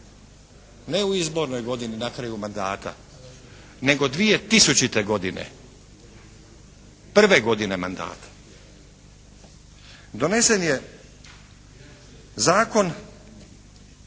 ne u izbornoj godini na kraju mandata nego 2000. godine, prve godine mandata donesen je Zakon